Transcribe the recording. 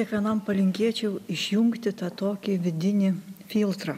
kiekvienam palinkėčiau išjungti tą tokį vidinį filtrą